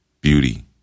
beauty